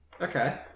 Okay